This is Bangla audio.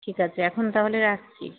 ঠিক আছে এখন তাহলে রাখচি